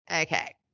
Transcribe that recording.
Okay